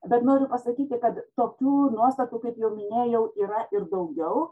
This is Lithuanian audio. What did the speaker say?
bet noriu pasakyti kad tokių nuostatų kaip jau minėjau yra ir daugiau